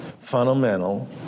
fundamental